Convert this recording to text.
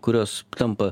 kurios tampa